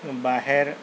باہر